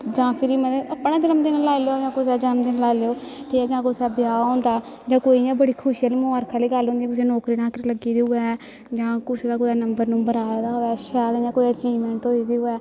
जां फिरी मतलब अपना जन्मदिन लाई लैओ जां कुसै दा जन्मदिन लाई लैओ जां कुसै दा ब्याह होंदा जां कोई इ'यां बड़ी खुशी आह्ली मुबारख आह्ली गल्ल होंदी जां कुसै दी नौकरी नाकरी लग्गी दी होऐ जां कुसै दा कुदै नम्बर नुम्बर आए दा होऐ शैल इ'यां कोई अचीवमैंट होई दी होऐ